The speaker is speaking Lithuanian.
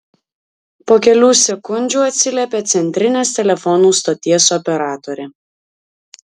po kelių sekundžių atsiliepė centrinės telefonų stoties operatorė